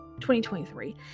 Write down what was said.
2023